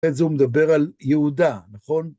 בזה הוא מדבר על יהודה, נכון?